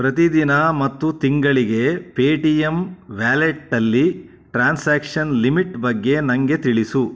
ಪ್ರತಿ ದಿನ ಮತ್ತು ತಿಂಗಳಿಗೆ ಪೇ ಟಿ ಯಮ್ ವ್ಯಾಲೆಟಲ್ಲಿ ಟ್ರಾನ್ಸ್ಯಾಕ್ಷನ್ ಲಿಮಿಟ್ ಬಗ್ಗೆ ನನಗೆ ತಿಳಿಸು